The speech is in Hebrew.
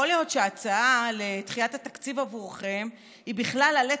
יכול להיות שההצעה לדחיית התקציב היא עבורכם בכלל עלה